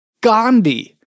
Gandhi